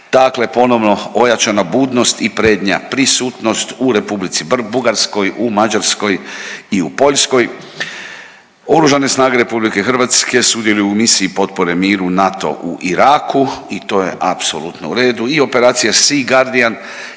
Dakle ponovno ojačana budnost i prednja prisutnost u Republici Bugarskoj, u Mađarskoj i u Poljskoj. Oružane snage RH sudjeluju u misiji potpore miru „NATO U IRAKU“ i to je apsolutno u redu i operacija „SEA GUARDIAN“